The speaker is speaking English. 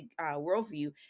worldview